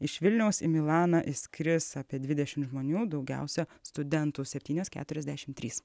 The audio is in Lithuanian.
iš vilniaus į milaną išskris apie dvidešimt žmonių daugiausia studentų septynios keturiasdešimt trys